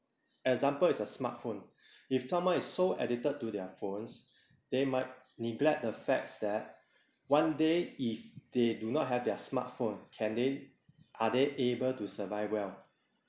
example is a smart phone if someone is so addicted to their phones they might neglect the facts that one day if they do not have their smart phone can they are they able to survive well